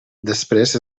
després